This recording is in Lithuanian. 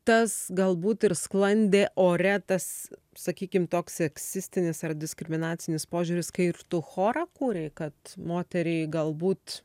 tas galbūt ir sklandė ore tas sakykim toks seksistinis ar diskriminacinis požiūris kai ir tu chorą kūrei kad moteriai galbūt